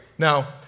Now